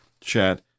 chat